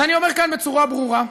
אבל אני אומר כאן בצורה ברורה: